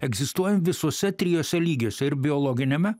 egzistuojam visuose trijuose lygiuose ir biologiniame